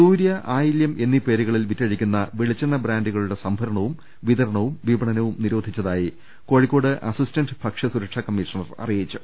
സൂര്യ ആയിലൃം എന്നീ പേരുകളിൽ വിറ്റഴിക്കുന്ന വെളിച്ചെണ്ണ ബ്രാൻഡുകളുടെ സംഭരണവും വിതരണവും വിപണനവും നിരോ ധിച്ചതായി കോഴിക്കോട് അസിസ്റ്റന്റ് ഭക്ഷ്യസൂരക്ഷാ കമ്മീഷണർ അറിയിച്ചു